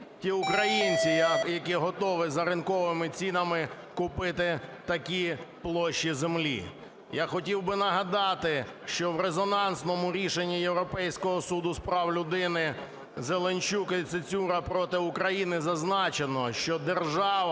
ті українці, які готові за ринковими цінами купити такі площі землі. Я хотів би нагадати, що в резонансному рішенні Європейського суду з прав людини "Зеленчук і Цицюра проти України" зазначено, що держава